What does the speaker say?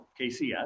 KCS